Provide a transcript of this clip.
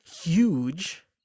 huge